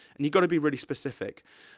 and you've gotta be really specific.